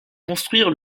construire